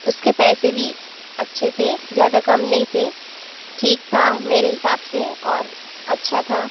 उसके पैसे भी अच्छे थे ज़्यादा कम नहीं थे ठीक था मेरे हिसाब से और अच्छा था